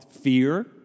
fear